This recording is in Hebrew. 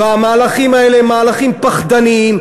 והמהלכים האלה הם מהלכים פחדניים,